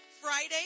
Friday